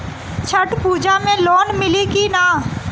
छठ पूजा मे लोन मिली की ना?